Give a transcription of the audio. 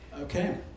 Okay